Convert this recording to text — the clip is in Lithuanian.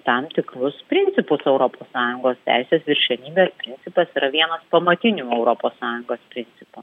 tam tikrus principus europos sąjungos teisės viršenybės principas yra vienas pamatinių europos sąjungos principų